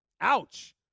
Ouch